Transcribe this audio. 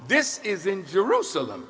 this is in jerusalem